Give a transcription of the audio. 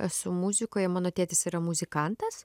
esu muzikoje mano tėtis yra muzikantas